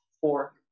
four